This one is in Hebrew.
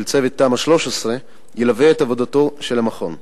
צוות תמ"א 13 תלווה את עבודתו של המכון,